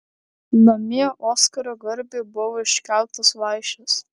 namie oskaro garbei buvo iškeltos vaišės